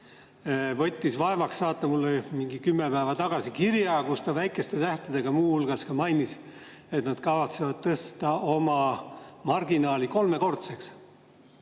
võttis vaevaks saata mulle mingi kümme päeva tagasi kirja, kus ta väikeste tähtedega muu hulgas mainis, et nad kavatsevad tõsta oma marginaali kolmekordseks.